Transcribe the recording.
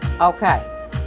okay